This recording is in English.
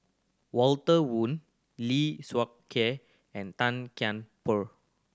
Walter Woon Lee Seow Ker and Tan Kian Por